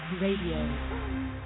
Radio